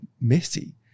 messy